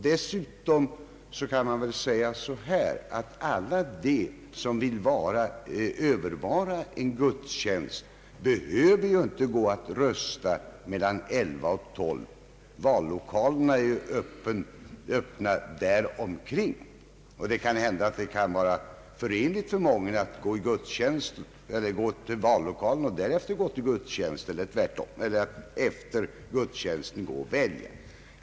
Dessutom kan man säga att de som vill övervara en gudstjänst behöver inte gå och rösta meilan klockan 11 och 12. Vallokalerna är ju öppna både före och efter gudstjänsten. Det kanske kan vara lämpligt för många att gå till vallokalen och rösta och därefter gå till gudstjänsten, eller tvärtom efter gudstjänsten gå och välja.